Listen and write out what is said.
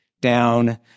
down